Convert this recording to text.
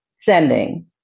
sending